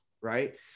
right